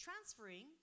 transferring